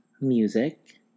music